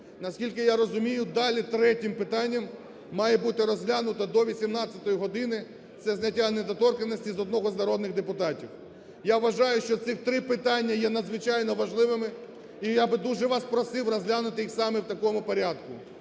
Наскільки я розумію, далі третім питанням має бути розглянута до 18-ї години, це зняття недоторканності з одного з народних депутатів. Я вважаю, що цих три питання є надзвичайно важливими, і я би дуже просив вас розглянути їх саме в такому порядку.